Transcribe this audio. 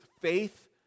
Faith